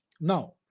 Now